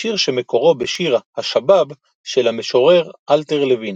שיר שמקורו בשיר "השאבאב" של המשורר אלתר לוין.